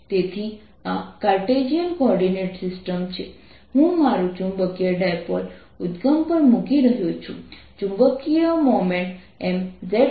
તેથી આ Cartesian coordinate system છે હું મારો ચુંબકીય ડાયપોલ ઉદ્દગમ પર મૂકી રહ્યો છું ચુંબકીય મોમેન્ટ mzછે